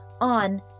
on